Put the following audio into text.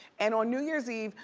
and on new year's eve,